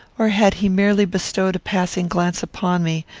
or had he merely bestowed a passing glance upon me,